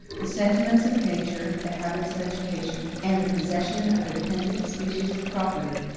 the sentiments of nature, the habits of education, and the possession of a dependent species of property,